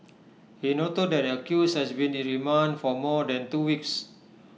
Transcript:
he noted that the accused has been in remand for more than two weeks